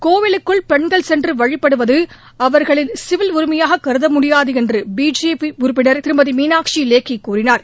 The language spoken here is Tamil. கோவிலுக்குள் பெண்கள் சென்று வழிபடுவது அவர்களின் சிவில் உரிமையாக கருதமுடியாது என்று பிஜேபி உறுப்பினர் திருமதி மீனாட்சி லேகி கூறினார்